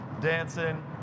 dancing